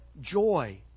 joy